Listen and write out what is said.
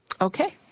Okay